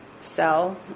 sell